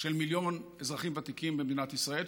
של מיליון אזרחים ותיקים במדינת ישראל,